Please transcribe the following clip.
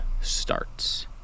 starts